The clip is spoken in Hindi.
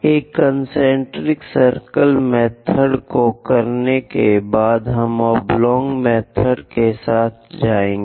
इस कन्सेन्ट्रिक सर्किल मेथड को करने के बाद हम ओब्लॉंग मेथड के साथ जाएंगे